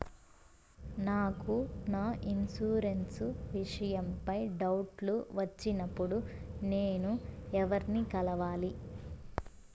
నాకు నా ఇన్సూరెన్సు విషయం పై డౌట్లు వచ్చినప్పుడు నేను ఎవర్ని కలవాలి?